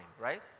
right